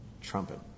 trumpet